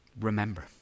Remember